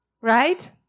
right